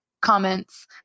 comments